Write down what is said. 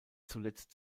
zuletzt